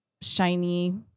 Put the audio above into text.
shiny